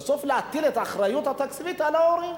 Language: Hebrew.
בסוף להטיל את האחריות התקציבית על ההורים,